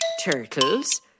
turtles